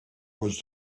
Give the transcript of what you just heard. was